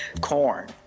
corn